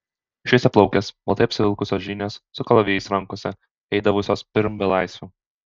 šviesiaplaukės baltai apsivilkusios žynės su kalavijais rankose eidavusios pirm belaisvių